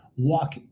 walk